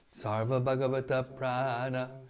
sarva-bhagavata-prana